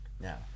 Now